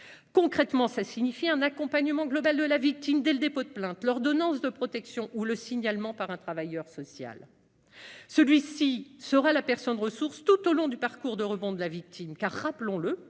Concrètement, cela signifie un accompagnement global de la victime, dès le dépôt de plainte, l'ordonnance de protection ou le signalement par un travailleur social. Ce dernier fera office de personne-ressource tout au long du parcours de rebond de la victime. En effet, rappelons-le,